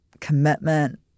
commitment